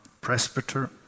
presbyter